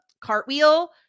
cartwheel